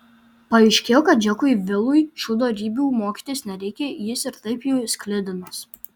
paaiškėjo kad džekui vilui šių dorybių mokytis nereikia jis ir taip jų sklidinas